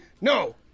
No